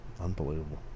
Unbelievable